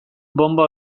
bonba